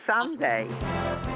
someday